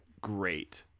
great